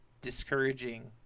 discouraging